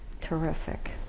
terrific